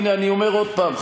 הנה אני אומר עוד פעם.